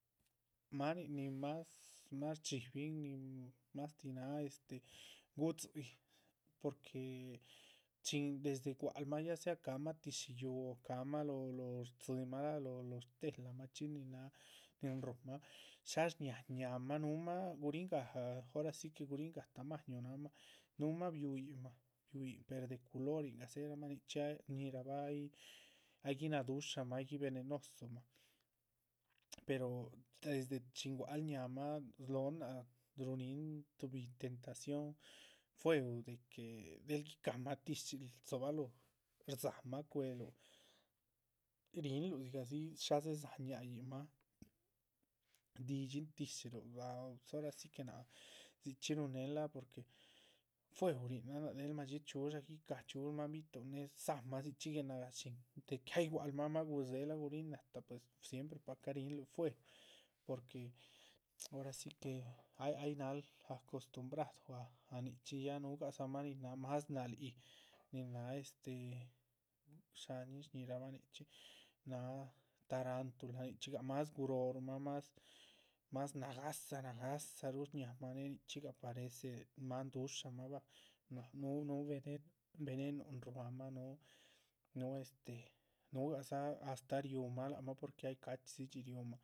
Máanin nin más shdxíbin nin mas tih náh este gudzíi, porque chin desde guac´lmah ya sea cahmah tíshi yúuh, o camah lóho stzímah o loho shtélamah nin náha. nin rúhunmah shá shñáa ñáamah núhumah guríhin gah ora si que guríhn gah tamaño náahamah, nuhumah bihuyinmah, bihuyin per de culoringah dzéheramah nichxín. ya shñíhirabah ay ay ginadúshamah aygui venenosomah, pero desde chin gua´cl ñáahamah slóhon náac rúhunin tuhbi tentación fuehu de que del guicahamah. tíshil dzobalóho rdzámah cuéhluh ríhinluh dzigahdzi shá dzédzáha ñáañinmah shdídxín thíshiluh ah pues ora si que náac dzichxí ruhunehen bah fuehu ríhinan. náac del madxi chxíudxa guicáha chxíush máan bi´tuhn née dzámah dzichxí guenagáhshin de que ay gua´cl mah ahma gudzéhela guríhn láta pues siemprepahca ríhinluh. fuehu porque ora si que ay náhal acostumbrado ah ah nichxí ya núhugadzamah nin náh más nalíhiyi nin náha este sháñin shñíhirabah nichxín náha tarantulah. nichxígah más guróhorumah más, más nagáhsa nagáhsaruh shnáhamah né nichxígah parece máan dúshamah bah núhu núhu venenuhn venenuhn ruámah núhu este núgahdza astáh riúmah lac mah. porque ay ca´chxídzi riúmah